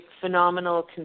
phenomenal